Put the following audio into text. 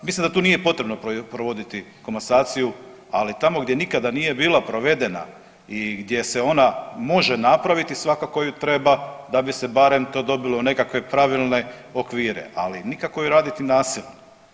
Mislim da tu nije potrebno provoditi komasaciju, ali tamo gdje nikada nije bila provedena i gdje se ona može napraviti svakako ju treba da bi se barem to dobilo u nekakve pravilne okvire, ali nikako ju raditi nasilno.